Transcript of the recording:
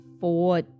four